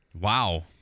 Wow